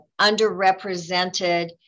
underrepresented